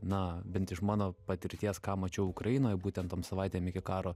na bent iš mano patirties ką mačiau ukrainoj būtent tom savaitėm iki karo